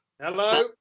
Hello